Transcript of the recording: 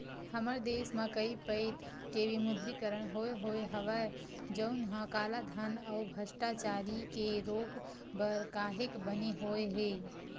हमर देस म कइ पइत के विमुद्रीकरन होय होय हवय जउनहा कालाधन अउ भस्टाचारी के रोक बर काहेक बने होय हे